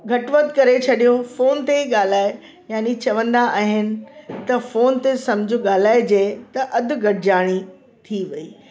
घटि वधि करे छॾियो फ़ोन ते ॻाल्हाइ यानी चवंदा आहिनि त फ़ोन ते सम्झि ॻाल्हाइजे त अधि घटिजाणी थी वई